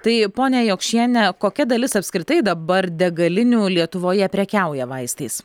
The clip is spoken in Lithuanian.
tai pone jokšienė kokia dalis apskritai dabar degalinių lietuvoje prekiauja vaistais